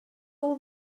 all